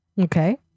Okay